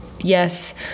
yes